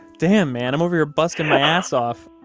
damn, man. i'm over here busting my ass off.